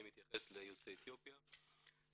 אני מתייחס ליוצאי אתיופיה.